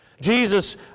Jesus